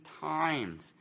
times